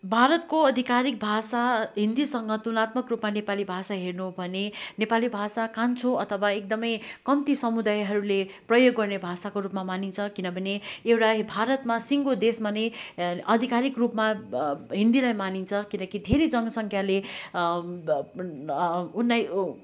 भारतको आधिकारिक भाषा हिन्दीसँग तुलनात्मक रूपमा नेपाली भाषा हेर्नु हो भने नेपाली भाषा कान्छो अथवा एकदमै कम्ती समुदायहरूले प्रयोग गर्ने भाषाको रूपमा मानिन्छ किनभने एउटा भारतमा सिङ्गो देशमा नै आधिकारिक रूपमा हिन्दीलाई मानिन्छ किनकि धेरै जनसङ्ख्याले